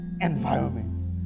Environment